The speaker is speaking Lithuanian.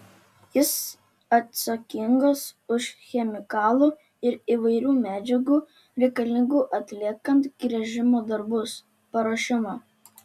jis atsakingas už chemikalų ir įvairių medžiagų reikalingų atliekant gręžimo darbus paruošimą